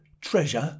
treasure